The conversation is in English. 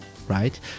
Right